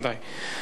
ודאי.